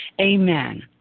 Amen